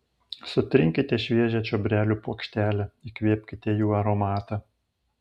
sutrinkite šviežią čiobrelių puokštelę įkvėpkite jų aromatą